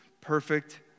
Perfect